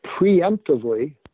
preemptively